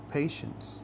patience